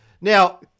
Now